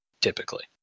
typically